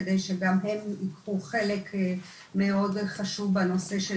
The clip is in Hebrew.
כדי שגם הם יקחו חלק מאוד חשוב בנושא של